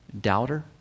Doubter